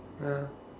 ya